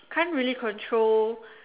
can't really control